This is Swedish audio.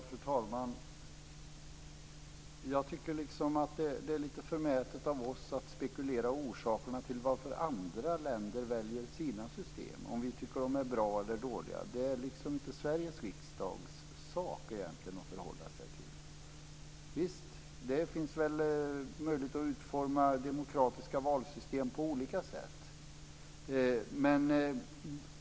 Fru talman! Jag tycker att det är lite förmätet av oss att spekulera i orsakerna till varför andra länder väljer sina system. Vi kan tycka att de är bra eller dåliga, men det är inte Sveriges riksdags sak att förhålla sig till detta. Det finns möjlighet att utforma demokratiska valsystem på olika sätt.